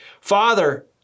Father